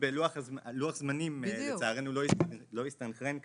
לוח הזמנים לצערנו לא הסתנכרן כאן,